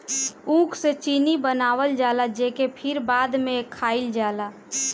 ऊख से चीनी बनावल जाला जेके फिर बाद में खाइल जाला